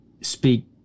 speak